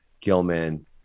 Gilman